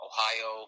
Ohio